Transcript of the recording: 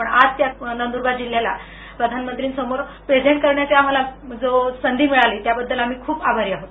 पण आज त्या नंदरबार जिल्ह्याला प्रधानमंत्रीं समोर प्रेजेन्ट करण्याची संधी मिळाली त्याबद्दल आम्ही खप आभारी आहोत